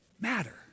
matter